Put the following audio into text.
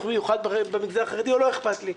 מיוחד במגזר החרדי או לא אכפת לי.